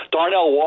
Darnell